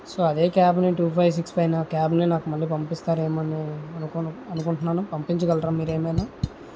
so అదే క్యాబ్ని నేను టూ ఫైవ్ సిక్స్ ఫైవ్ నా క్యాబ్ని నాకు మళ్ళీ పంపిస్తారేమో అనుకుం అనుకుంటున్నాను పంపించగలరా మీరు ఏమైనా